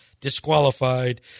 disqualified